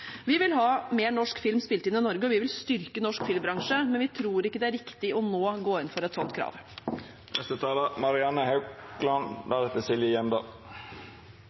Vi vil ha mer norsk film spilt inn i Norge, og vi vil styrke norsk filmbransje, men vi tror ikke det er riktig nå å gå inn for et sånt krav.